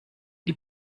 die